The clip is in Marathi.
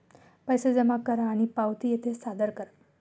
पैसे जमा करा आणि पावती येथे सादर करा